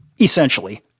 essentially